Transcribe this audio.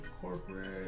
corporate